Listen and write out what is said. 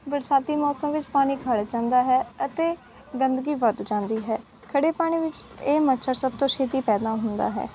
ਬਰਸਾਤੀ ਮੌਸਮ ਵਿੱਚ ਪਾਣੀ ਖੜ ਜਾਂਦਾ ਹੈ ਅਤੇ ਗੰਦਗੀ ਵੱਧ ਜਾਂਦੀ ਹੈ ਖੜੇ ਪਾਣੀ ਵਿੱਚ ਇਹ ਮੱਛਰ ਸਭ ਤੋਂ ਛੇਤੀ ਪੈਦਾ ਹੁੰਦਾ ਹੈ